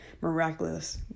miraculous